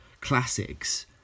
classics